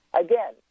again